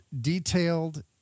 detailed